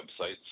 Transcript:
websites